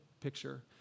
picture